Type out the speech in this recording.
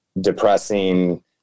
depressing